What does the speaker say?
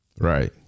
Right